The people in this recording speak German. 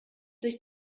sich